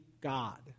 God